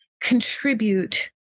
contribute